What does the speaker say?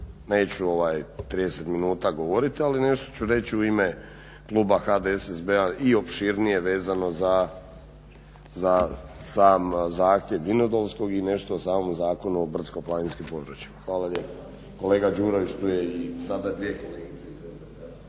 neću 30 minuta govoriti ali nešto ću reći u ime kluba HDSSB-a i opširnije vezano za sam zahtjev Vinodolskog i nešto o samom Zakonu o brdsko-planinskim područjima. Hvala lijepa. **Zgrebec, Dragica (SDP)** Hvala.